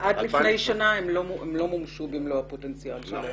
עד לפני שנה הם לא מומשו במלוא הפוטנציאל שלהם.